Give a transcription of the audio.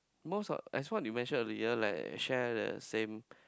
most of as what you mentioned earlier like I share the same